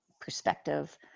perspective